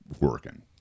working